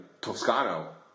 Toscano